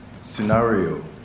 scenario